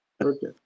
Okay